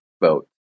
vote